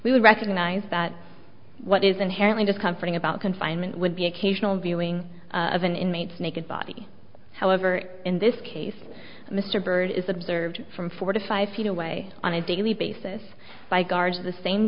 we would recognize that what is inherently discomforting about confinement would be occasional viewing of an inmate's naked body however in this case mr bird is observed from four to five feet away on a daily basis by guards of the same